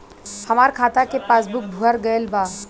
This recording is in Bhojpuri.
हमार खाता के पासबूक भर गएल बा त नया पासबूक कइसे मिली?